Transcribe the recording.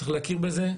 צריך להכיר בזה.